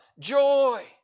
Joy